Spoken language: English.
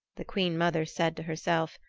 the queen-mother said to herself,